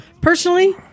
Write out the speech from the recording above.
personally